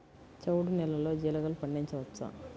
చవుడు నేలలో జీలగలు పండించవచ్చా?